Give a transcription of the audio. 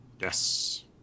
yes